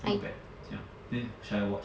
not bad ya then should I watch